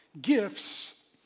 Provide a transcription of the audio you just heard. gifts